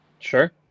Sure